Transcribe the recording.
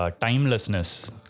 timelessness